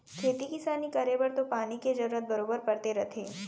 खेती किसान करे बर तो पानी के जरूरत बरोबर परते रथे